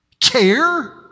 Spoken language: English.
care